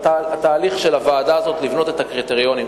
בתהליך של הוועדה הזאת לבנות את הקריטריונים.